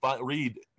read